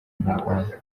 inyarwanda